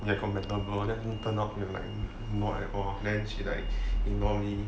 you are compatible then turn out not at all then she like ignore me